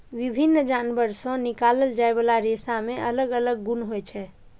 विभिन्न जानवर सं निकालल जाइ बला रेशा मे अलग अलग गुण होइ छै